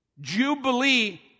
jubilee